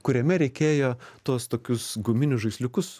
kuriame reikėjo tuos tokius guminius žaisliukus